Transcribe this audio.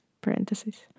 parentheses